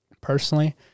Personally